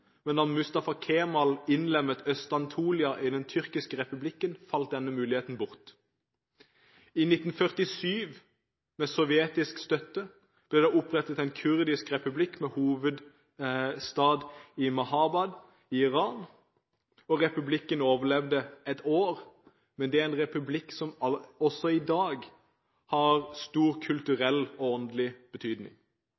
men da Mustafa Kemal innlemmet Øst-Anatolia i den tyrkiske republikken, falt denne muligheten bort. I 1947, med sovjetisk støtte, ble det opprettet en kurdisk republikk med hovedstad i Mahabad i Iran. Republikken overlevde ett år, men det er en republikk som også i dag har stor